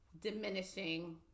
diminishing